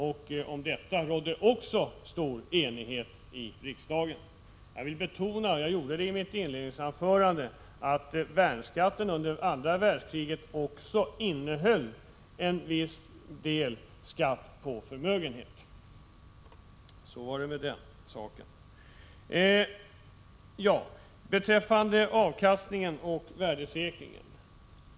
Och det rådde stor enighet i riksdagen om förslagen. Som jag betonade i mitt inledningsanförande innebar värnskatten under andra världskriget också en viss skatt på förmögenhet.